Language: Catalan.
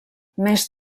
més